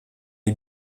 est